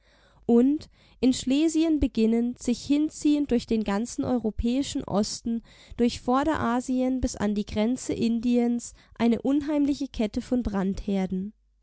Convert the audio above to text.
und in schlesien beginnend sich hinziehend durch den ganzen europäischen osten durch vorderasien bis an die grenzen indiens eine unheimliche kette von